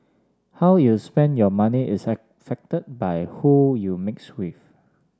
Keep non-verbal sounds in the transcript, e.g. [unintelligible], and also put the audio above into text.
how you spend your money is [unintelligible] affected by who you mix with